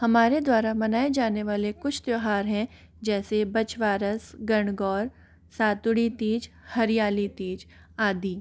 हमारे द्वारा मनाए जाने वाले कुछ त्यौहार हैं जैसे बछवारस गणगौर सातुड़ी तीज हरियाली तीज आदि